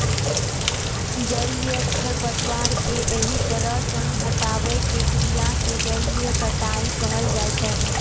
जलीय खरपतवार कें एहि तरह सं हटाबै के क्रिया कें जलीय कटाइ कहल जाइ छै